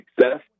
success